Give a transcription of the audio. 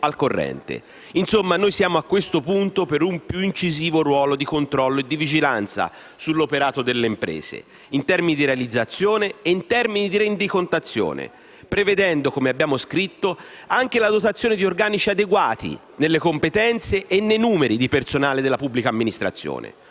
al corrente. Insomma, noi siamo a questo punto per un più incisivo ruolo di controllo e di vigilanza sull'operato delle imprese in termini di realizzazione e in termini di rendicontazione, prevedendo, come abbiamo scritto, anche la dotazione di organici adeguati nelle competenze e nei numeri del personale della pubblica amministrazione.